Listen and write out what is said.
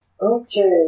Okay